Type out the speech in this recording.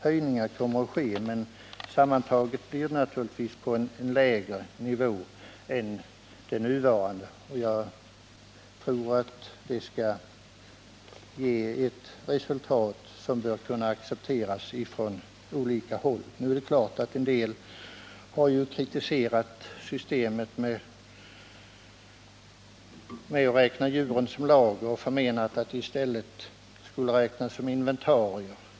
Höjningar kommer alltså att ske, men sammantaget blir det naturligtvis en lägre nivå än den nuvarande. Jag tror att det hela skall ge ett resultat som skall kunna accepteras från olika håll. En del har kritiserat systemet med att räkna djuren som lager och förmenat att de i stället skulle räknas som inventarier.